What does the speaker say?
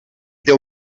deu